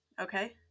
Okay